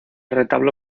retablo